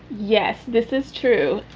yes, this is true.